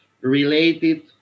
related